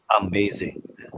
amazing